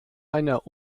einer